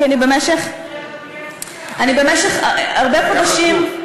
כי אני במשך הרבה חודשים,